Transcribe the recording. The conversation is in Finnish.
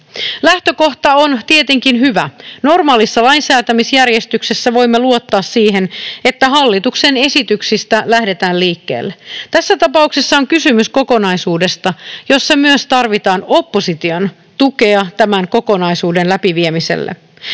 Lähtökohta on tietenkin hyvä. Normaalissa lainsäätämisjärjestyksessä voimme luottaa siihen, että hallituksen esityksistä lähdetään liikkeelle. Tässä tapauksessa on kysymys kokonaisuudesta, jossa myös tarvitaan opposition tukea tämän kokonaisuuden läpiviemiselle.